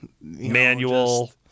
manual